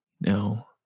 no